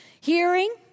Hearing